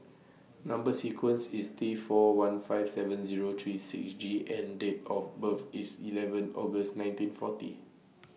Number sequence IS T four one five seven Zero three six G and Date of birth IS eleven August nineteen forty